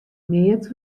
neat